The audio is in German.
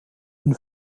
und